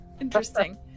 Interesting